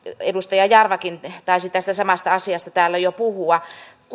edustaja jarvakin taisi tästä samasta asiasta täällä jo puhua